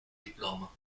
diploma